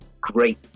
great